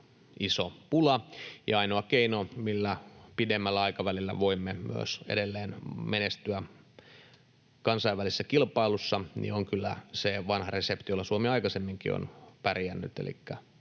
iso pula. Ja ainoa keino, millä pidemmällä aikavälillä voimme myös edelleen menestyä kansainvälisessä kilpailussa, on kyllä se vanha resepti, jolla Suomi aikaisemminkin on pärjännyt,